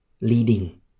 leading